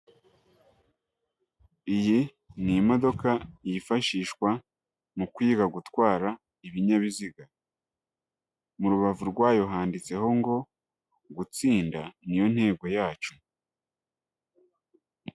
Iyi ni imodoka yifashishwa mu kwiga gutwara ibinyabiziga. Mu rubavu rwayo handitseho ngo, "Gutsinda ni yo ntego yacu".